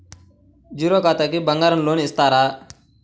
Zero ఖాతాకి బంగారం loan ఇస్తారా?